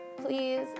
Please